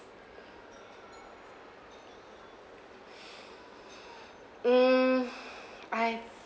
mm I